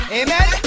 amen